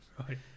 Right